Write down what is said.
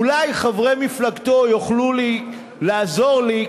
אולי חברי מפלגתו יוכלו לעזור לי,